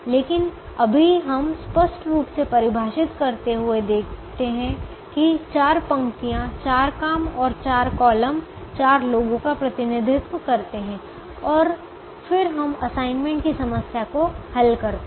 लेकिन अभी हम स्पष्ट रूप से परिभाषित करते हुए देखते हैं कि 4 पंक्तियाँ चार काम और 4 कॉलम चार लोगों का प्रतिनिधित्व करते हैं और फिर हम असाइनमेंट की समस्या को हल करते हैं